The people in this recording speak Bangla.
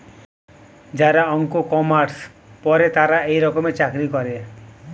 যারা অঙ্ক, কমার্স পরে তারা এই রকমের চাকরি করে